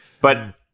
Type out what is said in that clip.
But-